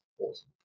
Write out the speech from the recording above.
awesome